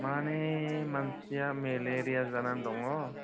माने मानसिया मेलेरिया जानानै दंङ